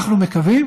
אנחנו מקווים